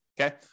okay